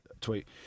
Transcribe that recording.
Tweet